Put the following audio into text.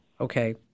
Okay